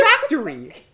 factory